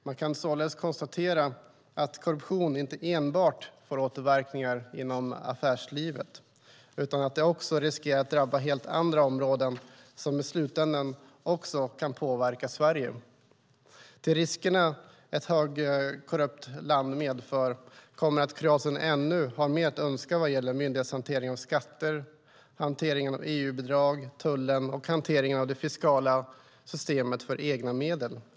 Man kan således konstatera att korruption inte enbart får återverkningar inom affärslivet, utan att det också riskerar att drabba helt andra områden som i slutändan också kan påverka Sverige. Till riskerna som ett högkorrupt land medför kommer att Kroatien ännu har mer att önska vad gäller myndighetshantering av skatter, hanteringen av EU-bidrag, tullen och hanteringen av det fiskala systemet för egna medel.